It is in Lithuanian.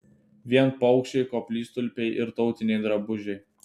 vien paukščiai koplytstulpiai ir tautiniai drabužiai